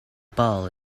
ball